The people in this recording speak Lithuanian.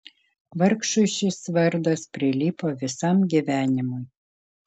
vargšui šis vardas prilipo visam gyvenimui